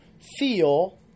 feel